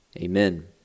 Amen